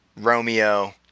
Romeo